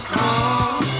come